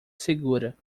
segura